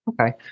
Okay